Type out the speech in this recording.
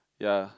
ya